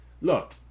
Look